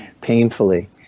painfully